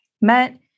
met